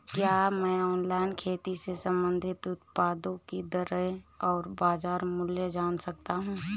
क्या मैं ऑनलाइन खेती से संबंधित उत्पादों की दरें और बाज़ार मूल्य जान सकता हूँ?